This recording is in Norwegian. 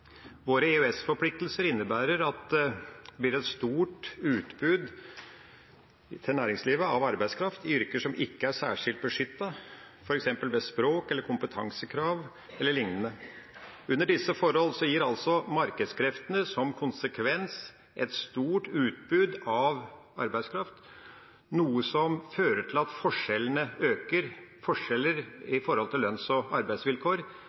Våre EØS-forpliktelser innebærer at det blir et stort utbud til næringslivet av arbeidskraft i yrker som ikke er særskilt beskyttet, f.eks. ved språk- eller kompetansekrav e.l. Under disse forhold gir altså markedskreftene som konsekvens et stort utbud av arbeidskraft, noe som fører til at forskjellene øker, forskjeller i lønns- og arbeidsvilkår,